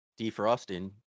Defrosting